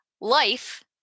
life